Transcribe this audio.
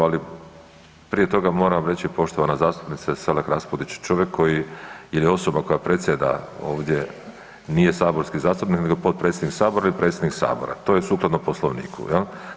Ali prije toga moram reći poštovana zastupnice SElak RAspudić, čovjek koji je osoba koja predsjeda ovdje nije saborski zastupnik nego je potpredsjednik Sabora i predsjednik Sabora, to je sukladno Poslovniku jel.